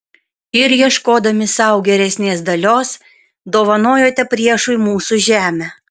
ir ieškodami sau geresnės dalios dovanojote priešui mūsų žemę